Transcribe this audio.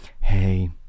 Hey